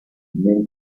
nel